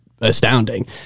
astounding